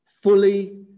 fully